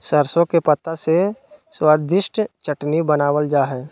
सरसों के पत्ता से स्वादिष्ट चटनी बनावल जा हइ